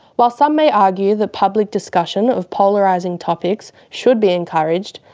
while some may argue that public discussion of polarising topics should be encouraged,